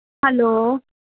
hello